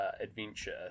adventure